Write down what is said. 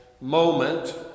moment